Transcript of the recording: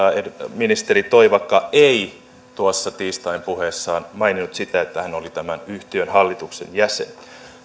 ministeri toivakka ei tuossa tiistain puheessaan maininnut sitä että hän oli tämän yhtiön hallituksen jäsen